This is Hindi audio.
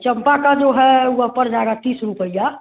चंपा का जो है वह पड़ जाएगा तीस रुपया